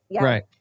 Right